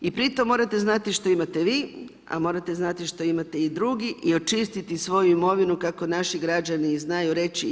I pritom morate znati što imate vi, a morate znati što imate i drugi i očistiti svoju imovinu, kako naši građani znaju reći 1/1.